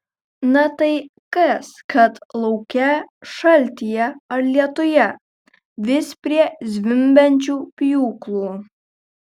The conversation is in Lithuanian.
na tai kas kad lauke šaltyje ar lietuje vis prie zvimbiančių pjūklų